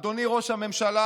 אדוני ראש הממשלה,